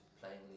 playing